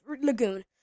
Lagoon